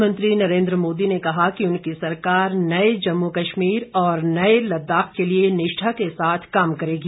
प्रधानमंत्री नरेन्द्र मोदी ने कहा कि उनकी सरकार नये जम्मू कश्मीर और नये लद्दाख के लिए निष्ठा के साथ काम करेगी